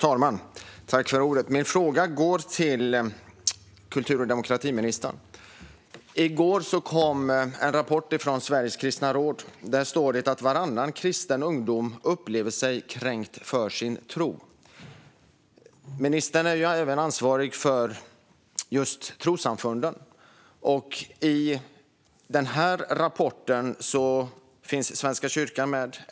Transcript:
Herr talman! Min fråga går till kultur och demokratiministern. I går kom en rapport från Sveriges kristna råd. Där står det att varannan kristen ungdom upplever sig kränkt för sin tro. Ministern är ansvarig för trossamfunden. I rapporten finns Svenska kyrkan med.